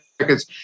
seconds